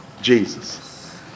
Jesus